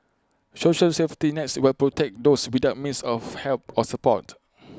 social safety nets will protect those without means of help or support